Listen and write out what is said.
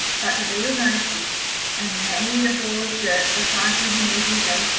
but the beetle noticed this and made a ball of dirt the size of an eagle's egg,